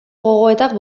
gogoetak